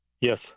Yes